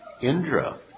Indra